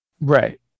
Right